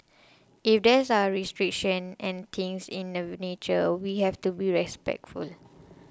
if there is a restrictions and things in the nature we have to be respectful it